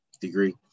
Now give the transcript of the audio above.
degree